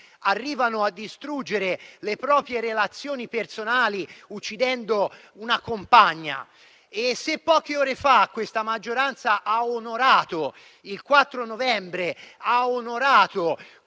addirittura a distruggere le proprie relazioni personali, uccidendo una compagna. Poche ore fa questa maggioranza ha onorato il 4 novembre, ha onorato